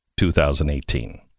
2018